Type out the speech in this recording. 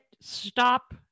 stop